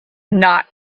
not